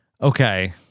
Okay